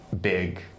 big